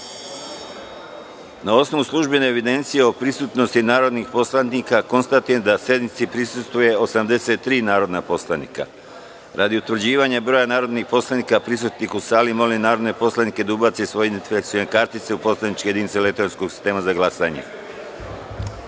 osnovu službene evidencije o prisutnosti narodnih poslanika, konstatujem da sednici prisustvuju 83 narodna poslanika. Radi utvrđivanja broja narodnih poslanika prisutnih u sali, molim narodne poslanike da ubace svoje identifikacione kartice u poslaničke jedinice elektronskog sistema za